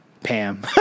Pam